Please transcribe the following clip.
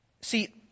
See